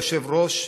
כבוד היושב-ראש,